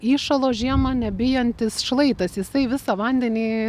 įšalo žiemą nebijantis šlaitas jisai visą vandenį